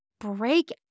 break